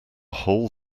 whole